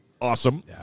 awesome